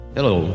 Hello